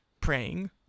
praying